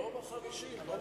לא מחרישים, לא נכון.